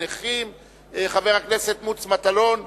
ידיהם של חבר הכנסת מקלב וחבר הכנסת גפני,